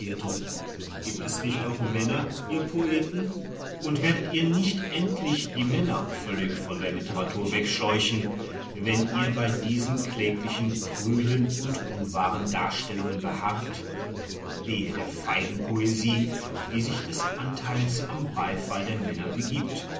gibt es nicht auch männer ihr poeten und werdet ihr nicht endlich die männer völlig von der literatur wegscheuchen wenn ihr bei diesen kläglichen prüden und unwahren darstellungen beharrt wehe der feigen posie die sich des anteils am beifall der männer begibt